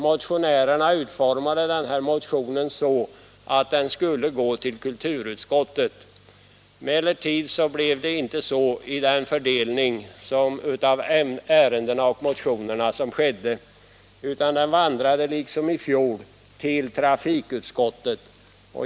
Motionen utformades den här gången så att den skulle gå till kulturutskottet, men så blev det inte vid den fördelning av ärendena som skedde, utan den vandrade liksom fjolårets motion till trafikutskottet.